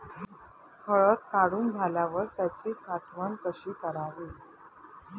हळद काढून झाल्यावर त्याची साठवण कशी करावी?